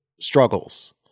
struggles